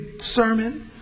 sermon